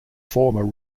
former